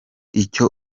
icyo